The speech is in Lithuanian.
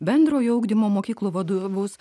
bendrojo ugdymo mokyklų vadovus